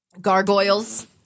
Gargoyles